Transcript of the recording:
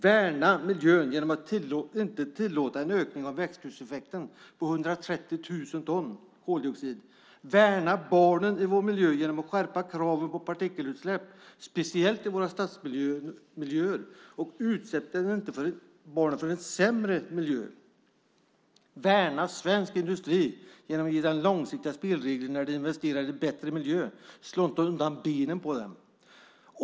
Värna miljön genom att inte tillåta en ökning av växthuseffekten med 130 000 ton koldioxid. Värna barnen i vår miljö genom att skärpa kraven på partikelutsläpp, speciellt i våra stadsmiljöer. Utsätt inte barnen för en sämre miljö. Värna svensk industri genom att ge dem långsiktiga spelregler när de investerar i bättre miljö. Slå inte undan benen på dem.